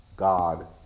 God